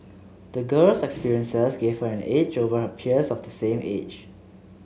the girl's experiences gave her an edge over her peers of the same age